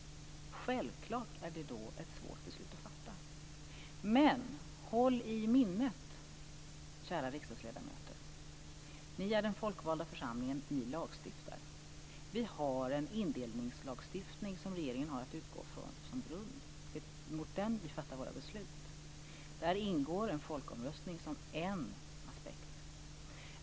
Självklart är det då ett svårt beslut att fatta. Men håll i minnet, kära riksdagsledamöter, att ni är den folkvalda församlingen och att ni lagstiftar. Vi har en indelningslagstiftning som regeringen har att utgå från som grund. Det är mot bakgrund av den som vi fattar våra beslut. Där ingår en folkomröstning som en aspekt.